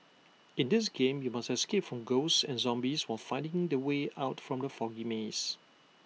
in this game you must escape from ghosts and zombies while finding the way out from the foggy maze